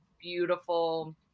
beautiful